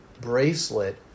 bracelet